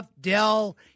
Dell